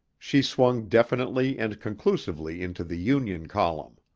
she swung definitely and conclusively into the union column.